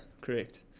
correct